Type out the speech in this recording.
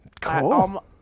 cool